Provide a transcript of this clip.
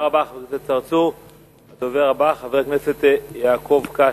תודה רבה לחבר הכנסת צרצור.